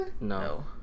No